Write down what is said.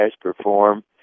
perform